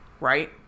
Right